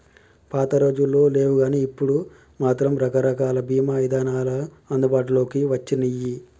పాతరోజుల్లో లేవుగానీ ఇప్పుడు మాత్రం రకరకాల బీమా ఇదానాలు అందుబాటులోకి వచ్చినియ్యి